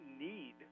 need